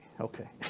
Okay